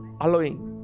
allowing